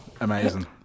Amazing